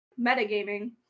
metagaming